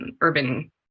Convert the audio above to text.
urban